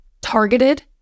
targeted